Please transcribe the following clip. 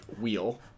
wheel